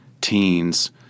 teens